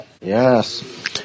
Yes